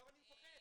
שם אני מפחד.